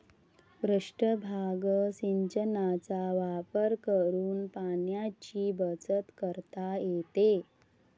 पृष्ठभाग सिंचनाचा वापर करून पाण्याची बचत करता येते